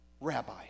Rabbi